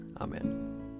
Amen